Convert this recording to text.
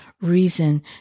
reason